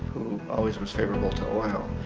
always was favorable to oil.